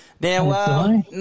now